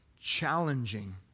challenging